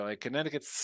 Connecticut